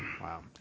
Wow